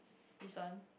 this one